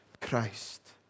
Christ